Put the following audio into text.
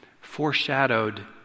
foreshadowed